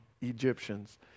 Egyptians